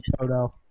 Toto